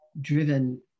driven